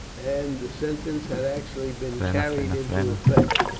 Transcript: and the sentence had actually been carried into effect.